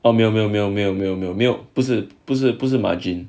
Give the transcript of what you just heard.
啊没有没有没有没有没有没有没有不是不是不是 margin